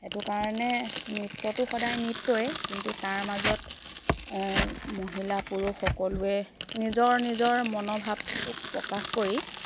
সটো কাৰণে নৃত্যটো সদায় নৃত্যই কিন্তু তাৰ মাজত মহিলা পুৰুষ সকলোৱে নিজৰ নিজৰ মনৰোভাৱটোক প্ৰকাশ কৰি